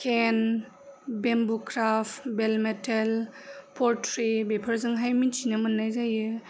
केन bamboo craft bell metal poultry बेफोरजोंहाय मिथिनो मोननाय जायो